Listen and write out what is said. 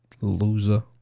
Loser